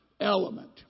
element